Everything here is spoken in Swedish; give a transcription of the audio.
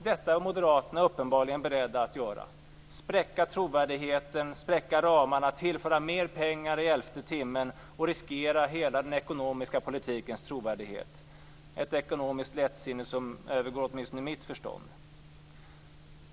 Detta är moderaterna uppenbarligen beredda att göra: spräcka trovärdigheten, spräcka ramarna, tillföra mer pengar i elfte timmen och riskera hela den ekonomiska politikens trovärdighet. Det är ett ekonomiskt lättsinne som övergår åtminstone mitt förstånd.